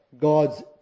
God's